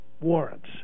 warrants